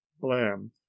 blam